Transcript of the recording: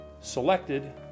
selected